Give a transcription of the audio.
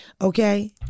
Okay